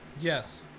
Yes